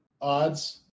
odds